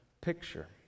picture